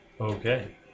Okay